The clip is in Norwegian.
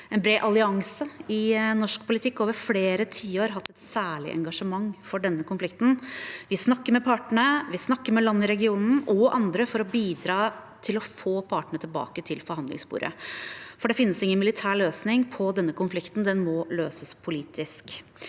en bred allianse i norsk politikk over flere tiår hatt et særlig engasjement for denne konflikten. Vi snakker med partene, vi snakker med land i regionen og andre for å bidra til å få partene tilbake til forhandlingsbordet, for det finnes ingen militær løsning på denne konflikten. Den må løses politisk.